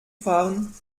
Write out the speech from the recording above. fahren